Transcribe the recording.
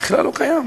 בכלל לא קיים.